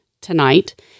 tonight